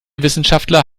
wissenschaftler